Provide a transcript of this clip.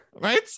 Right